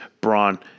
Braun